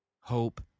Hope